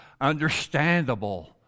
understandable